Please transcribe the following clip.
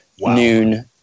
noon